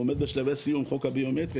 אני מכוון את השאלה שלי בין היתר,